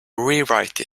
rewrite